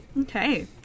Okay